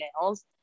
nails